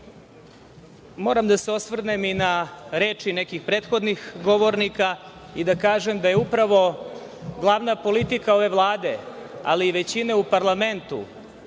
moram da se osvrnem i na reči nekih prethodnih govornika i da kažem da je upravo glavna politika ove Vlade, ali i većine u parlamentu,